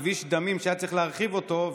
כביש דמים שהיה צריך להרחיב אותו,